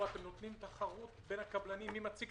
או שהתחרות בין הקבלנים היא על מי יציג